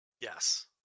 yes